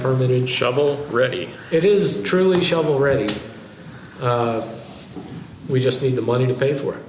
permitting shovel ready it is truly shovel ready we just need the money to pay for